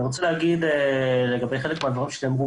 אני רוצה להגיב לחלק מהדברים שנאמרו